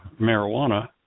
marijuana